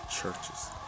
churches